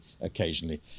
occasionally